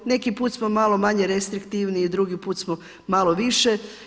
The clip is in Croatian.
Neki put smo malo manje restriktivni, drugi put smo malo više.